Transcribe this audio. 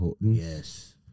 Yes